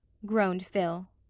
groaned phil.